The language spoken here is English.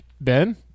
Ben